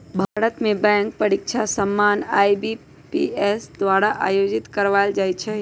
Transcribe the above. भारत में बैंक परीकछा सामान्य आई.बी.पी.एस द्वारा आयोजित करवायल जाइ छइ